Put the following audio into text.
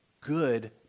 good